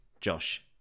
josh